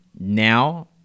now